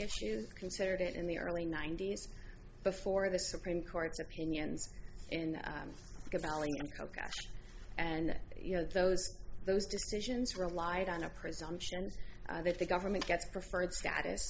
issues considered it in the early ninety's before the supreme court's opinions in the galley and you know those those decisions relied on a presumption that the government gets preferred status